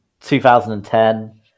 2010